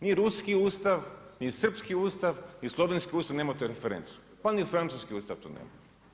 Ni ruski Ustav, ni srpski Ustav, ni slovenski Ustav nema tu referencu, pa ni francuski Ustav to nema.